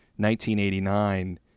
1989